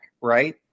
right